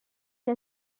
que